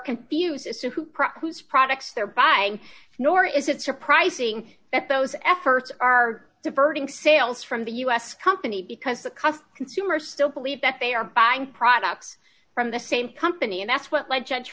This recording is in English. confused as to who produce products thereby nor is it surprising that those efforts are diverting sales from the u s company because the cost consumer still believe that they are buying products from the same company and that's what led judge